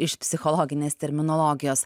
iš psichologinės terminologijos